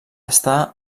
estar